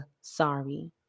sorry